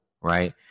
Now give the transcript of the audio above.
Right